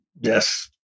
Yes